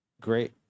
Great